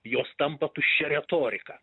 jos tampa tuščia retorika